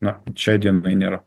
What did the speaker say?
na šiai dienai nėra